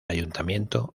ayuntamiento